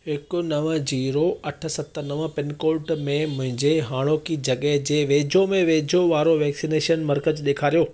हिकु नव जीरो सत नव पिनकोड में मुंहिंजे हाणोकी जॻहि जे वेझो में वेझो वारो वैक्सिनेशन मर्कज़ ॾेखारियो